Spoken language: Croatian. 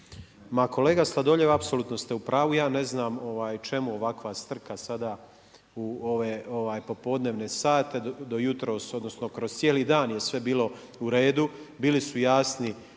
Ma kolega Sladoljev apsolutno ste u pravu. Ja ne znam čemu ovakva strka sada u popodnevne sate. Do jutros, odnosno kroz cijeli dan je sve bilo u redu, bili su jasni